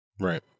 right